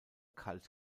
kalt